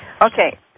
Okay